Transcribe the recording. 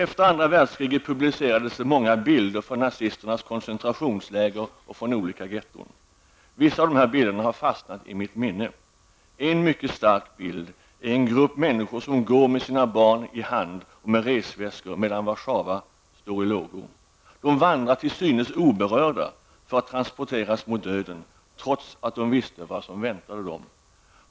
Efter andra världskriget publicerades många bilder från nazisternas koncentrationsläger och från olika getton. Vissa av dem har fastnat i mitt minne. En mycket stark bild är en grupp människor som går med sina barn i hand och med sina resväskor medan Warszawa står i lågor. De vandrar tillsynes oberörda för att transporteras mot döden, trots att de visste vad som väntade dem.